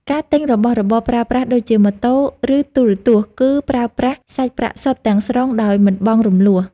ការទិញរបស់របរប្រើប្រាស់ដូចជាម៉ូតូ ឬទូរទស្សន៍គឺប្រើប្រាស់សាច់ប្រាក់សុទ្ធទាំងស្រុងដោយមិនបង់រំលស់។